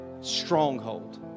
stronghold